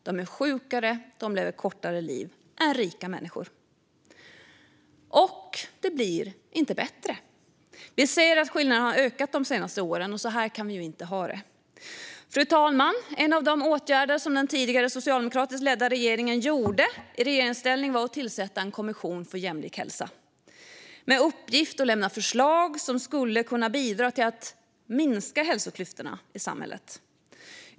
De är sjukare och lever kortare liv än rika människor. Det blir heller inte bättre. Vi ser att skillnaderna har ökat de senaste åren. Så kan vi inte ha det. Fru talman! En av de åtgärder som den tidigare, socialdemokratiskt ledda regeringen gjorde var att tillsätta en kommission för jämlik hälsa med uppgift att lämna förslag som skulle kunna bidra till att minska hälsoklyftorna i samhället.